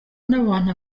nabantu